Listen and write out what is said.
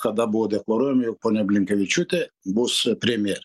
kada buvo deklaruojama jog ponia blinkevičiūtė bus premjerė